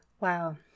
Wow